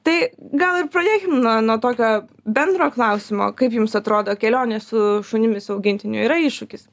tai gal ir pradėkim nuo nuo tokio bendro klausimo kaip jums atrodo kelionė su šunimis augintiniu yra iššūkis